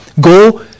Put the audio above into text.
go